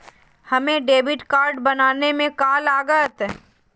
हमें debit card बनाने में का लागत?